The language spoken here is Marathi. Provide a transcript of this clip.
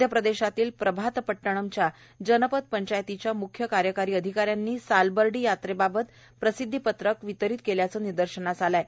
मध्यप्रदेशातील प्रभातपट्टनच्या जनपद पंचायतीच्या मुख्य कार्यकारी अधिका यांनी सालबर्डी यात्रेबाबत प्रसिद्वीपत्रक वितरीत केल्याचे निदर्शनास आले आहे